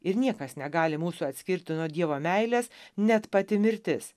ir niekas negali mūsų atskirti nuo dievo meilės net pati mirtis